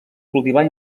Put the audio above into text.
cultivar